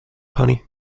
honey